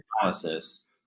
analysis